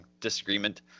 disagreement